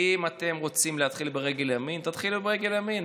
אם אתם רוצים להתחיל ברגל ימין, תתחילו ברגל ימין.